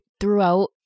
throughout